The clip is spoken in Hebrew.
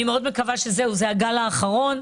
אני מאוד מקווה שזה הגל האחרון,